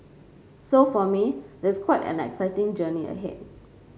so for me there's quite an exciting journey ahead